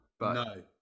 No